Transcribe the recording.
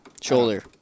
Shoulder